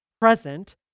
present